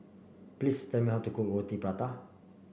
please tell me how to cook Roti Prata